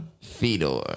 Fedor